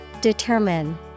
Determine